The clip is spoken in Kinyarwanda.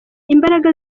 imbaraga